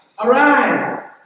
arise